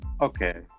Okay